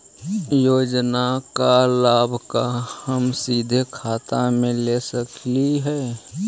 योजना का लाभ का हम सीधे खाता में ले सकली ही?